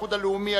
האיחוד הלאומי,